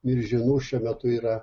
milžinų šiuo metu yra